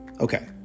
Okay